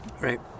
right